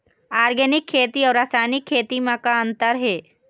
Organic खेती अउ रासायनिक खेती म का अंतर हे?